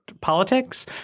politics